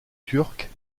turques